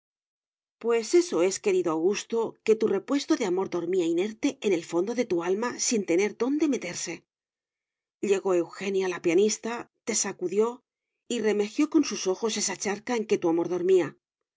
pues eso es querido augusto que tu repuesto de amor dormía inerte en el fondo de tu alma sin tener dónde meterse llegó eugenia la pianista te sacudió y remejió con sus ojos esa charca en que tu amor dormía